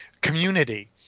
community